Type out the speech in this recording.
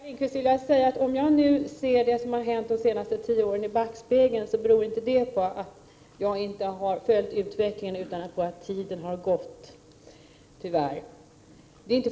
Herr talman! Till Oskar Lindkvist vill jag säga att om jag ser det som hänt de senaste tio åren i backspegeln, så beror det inte på att jag inte har följt utvecklingen utan på att tiden har gått, tyvärr.